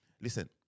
Listen